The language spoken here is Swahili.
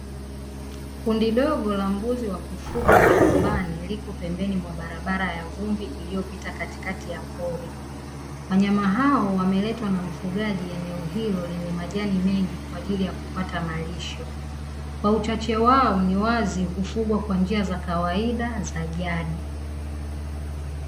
Kundi dogo la mbuzi wa kufugwa majumbani liko pembeni mwa barabara ya vumbi iliyopita katikati ya pori. Wanyama hawa wameletwa na mfugaji eneoe hilo lenye majani mengi kwaajili ya kupata malisho. Kwa uchache wao ni wazi hufugwa kwa njia za kawaida za jadi.